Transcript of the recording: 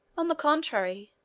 on the contrary,